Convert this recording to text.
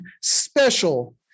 special